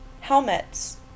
helmets